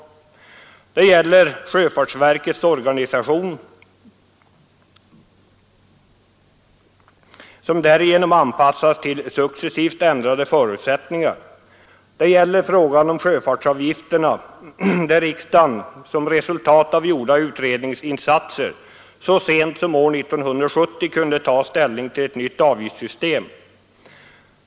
Utredningsarbetet har gällt sjöfartsverkets organisation, som anpassats till successivt ändrade förutsättningar, det har gällt frågan om sjöfartsavgifterna, där riksdagen som resultat av gjorda utredningsinsatser så sent som 1970 kunde ta ställning till ett nytt avgiftssystem.